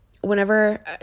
Whenever